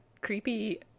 creepy